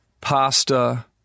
pasta